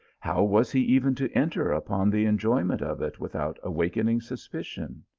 how was he even to enter upon the enjoyment of it without awakening suspicion?